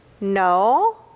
no